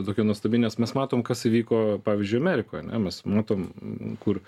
tokia nuostabi nes mes matom kas įvyko pavyzdžiui amerikoj ane mes matom kur